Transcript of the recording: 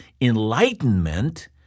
enlightenment